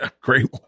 great